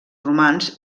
romans